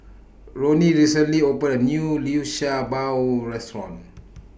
Roni recently opened A New Liu Sha Bao Restaurant